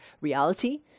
reality